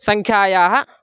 सङ्ख्यायाः